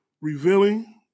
revealing